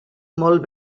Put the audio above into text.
molt